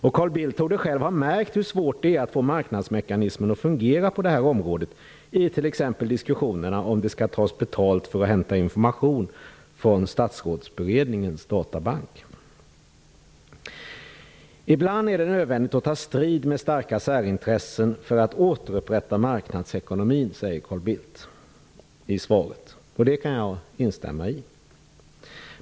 Carl Bildt torde själv ha märkt hur svårt det är att få marknadsmekanismen att fungera på detta område i t.ex. diskussionerna om ifall det skall tas betalt för att hämta information från Ibland är det nödvändigt att ta strid med starka särintressen för att återupprätta marknadsekonomin, säger Carl Bildt också i svaret. Det kan jag instämma i.